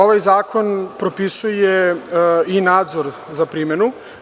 Ovaj zakon propisuje i nadzor za primenu.